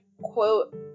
quote